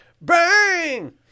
Bang